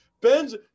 Ben's